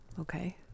Okay